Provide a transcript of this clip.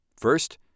First